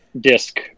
disc